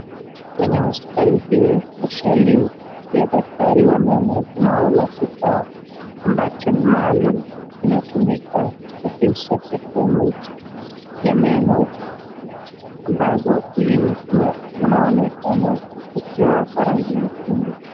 Kwenye hospitali hii spesheli ya daktari wa meno, tunaona kifaa ambacho ni maalum kinatumika kusafisha sehemu ya meno ambazo ulimi pia unaonekana ukiwa wa rangi nyekundu.